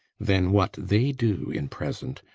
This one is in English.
then what they do in present,